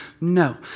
No